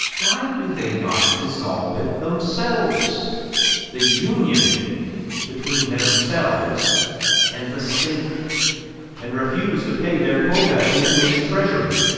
why do they not dissolve it themselves the union between themselves and the state and refuse to pay their quota into its treasury?